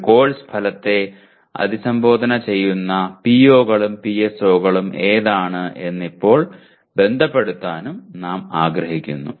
ഒരു കോഴ്സ് ഫലത്തെ അഭിസംബോധന ചെയ്യുന്ന പിഒകളും പിഎസ്ഒകളും ഏതാണ് എന്ന് ഇപ്പോൾ ബന്ധപ്പെടുത്താനും നാം ആഗ്രഹിക്കുന്നു